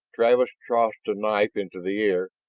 travis tossed the knife into the air,